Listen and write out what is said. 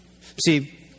See